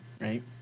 right